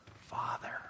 father